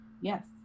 yes